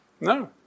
No